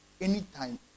Anytime